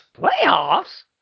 Playoffs